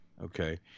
Okay